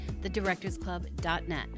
thedirectorsclub.net